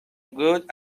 good